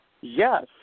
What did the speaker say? Yes